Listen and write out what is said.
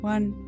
One